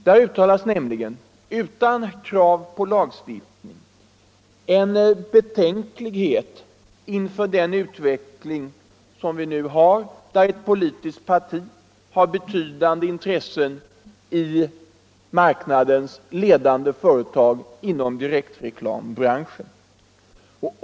Där uttalas nämligen, utan krav på lagstiftning, betänklighet inför en utveckling, där ett politiskt parti har betydande intressen i ett marknadsledande företag inom direktreklambranschen.